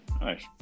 Nice